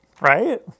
Right